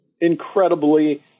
incredibly